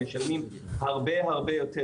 משלמים הרבה הרבה יותר,